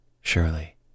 Surely